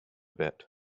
bit